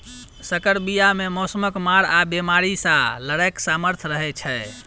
सँकर बीया मे मौसमक मार आ बेमारी सँ लड़ैक सामर्थ रहै छै